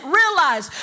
realize